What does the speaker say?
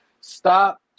Stop